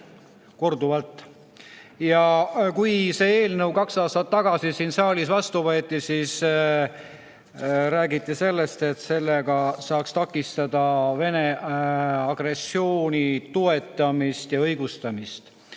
õigustamine". Kui see eelnõu kaks aastat tagasi siin saalis vastu võeti, siis räägiti sellest, et sellega saaks takistada Vene agressiooni toetamist ja õigustamist.